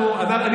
מאמין.